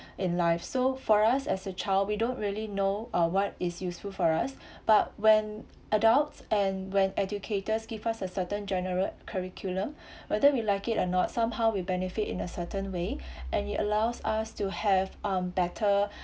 in life so for us as a child we don't really know uh what is useful for us but when adults and when educators give us a certain general curriculum whether we like it or not somehow we benefit in a certain way and it allows us to have um better